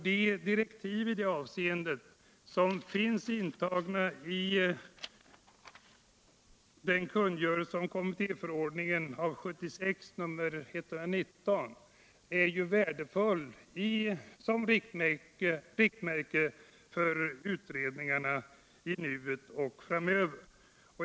De direktiv i det avseendet som finns intagna i kommittéförordningen 1976:119 är värdefulla som riktmärke för utredningarna i nuet och framöver.